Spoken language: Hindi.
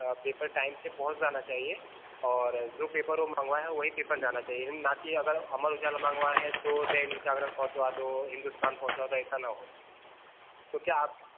पेपर टाइम से पहुँच जाना चाहिए और जो पेपर वो मंगवाए हैं वही पेपर जाना चाहिए ना की अगर अमर उजाला मंगवाए हैं तो दैनिक जागरण पहुँचवा दो हिन्दुस्तान पहुँचा दो ऐसा ना हो तो क्या आप